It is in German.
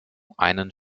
einen